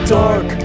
dark